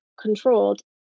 controlled